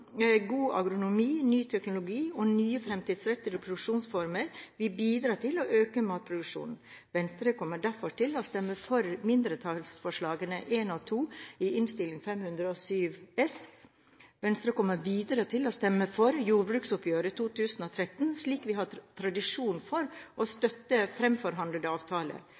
god agronomi, ny teknologi og nye og fremtidsrettede produksjonsformer vil bidra til å øke matproduksjonen. Venstre kommer derfor til å stemme for mindretallsforslagene nr. 1 og 2 i Innst. 507 S. Venstre kommer videre til å stemme for jordbruksoppgjøret 2013, slik vi har tradisjon for å støtte fremforhandlede